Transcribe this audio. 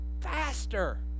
faster